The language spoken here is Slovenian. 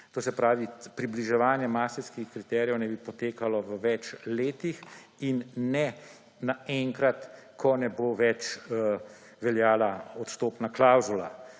to se pravi, približevanje Maastrichtskim kriterijem naj bi potekalo v več letih in ne naenkrat, ko ne bo več veljala odstopna klavzula.